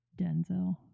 Denzel